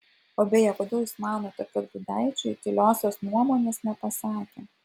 o beje kodėl jūs manote kad gudaičiui tyliosios nuomonės nepasakė